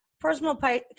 personal